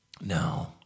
No